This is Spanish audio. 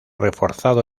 reforzado